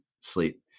sleep